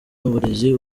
n’uburezi